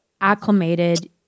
acclimated